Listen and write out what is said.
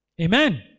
Amen